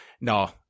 no